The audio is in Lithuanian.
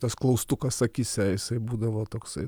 tas klaustukas akyse jisai būdavo toksai